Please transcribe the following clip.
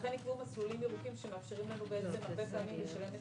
לכן נקבעו מסלולים ירוקים שמאפשרים לנו לשלם את